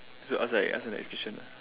so ask like ask the next question ah